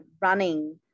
running